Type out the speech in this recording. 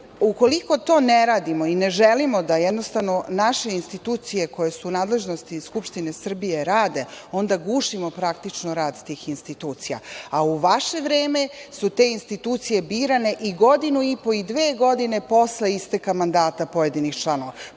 zakonom. Ukoliko to ne radimo i ne želimo da naše institucije, koje su u nadležnosti Skupštine Srbije, rade, onda gušimo praktično rad tih institucija, a u vaše vreme su te institucije birane i godinu i po, i dve godine posle isteka mandata pojedinih članova,